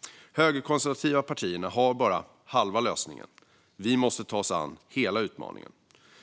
De högerkonservativa partierna har bara halva lösningen. Vi måste ta oss an hela utmaningen.